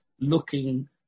looking